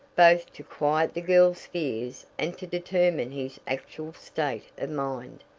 both to quiet the girls' fears and to determine his actual state of mind.